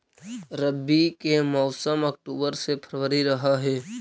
रब्बी के मौसम अक्टूबर से फ़रवरी रह हे